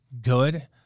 good